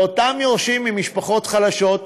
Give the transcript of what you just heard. לאותם יורשים ממשפחות חלשות,